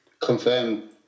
confirm